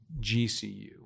GCU